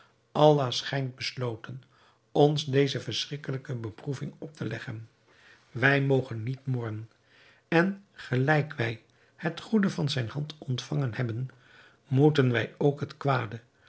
allah schijnt besloten ons deze verschrikkelijke beproeving op te leggen wij mogen niet morren en gelijk wij het goede van zijne hand ontvangen hebben moeten wij ook het kwade